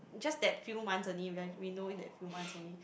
just that few months only we had we know it that few months only